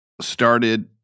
started